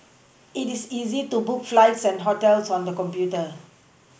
it is easy to book flights and hotels on the computer